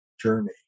journey